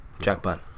Jackpot